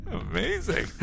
amazing